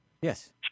Yes